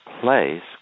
place